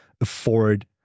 afford